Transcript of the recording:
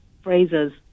phrases